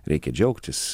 reikia džiaugtis